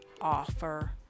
offer